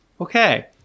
Okay